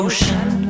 Ocean